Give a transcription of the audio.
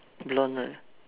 blonde one